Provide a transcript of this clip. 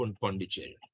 Pondicherry